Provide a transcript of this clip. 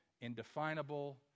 indefinable